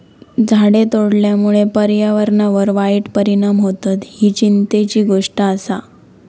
झाडे तोडल्यामुळे पर्यावरणावर वाईट परिणाम होतत, ही चिंतेची गोष्ट आसा